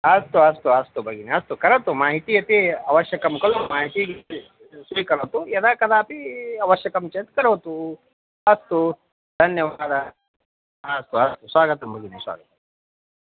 अस्तु अस्तु अस्तु भगिनि अस्तु करोतु माहिती इति अवश्यकं खलु माहिती स्वीकरोतु यदा कदापि अवश्यकं चेत् करोतु अस्तु धन्यवादः अस्तु अस्तु स्वागतं भगिनि स्वागतम्